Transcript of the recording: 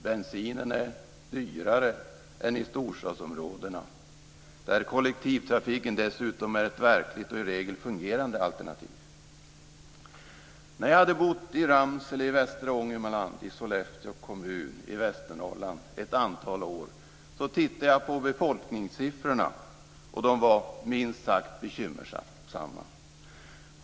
Bensinen är dyrare än i storstadsområdena, där kollektivtrafiken dessutom är ett verkligt och i regel fungerande alternativ. När jag hade bott i Ramsele i västra Ångermanland i Sollefteå kommun i Västernorrland ett antal år tittade jag på befolkningssiffrorna. De var minst sagt bekymmersamma.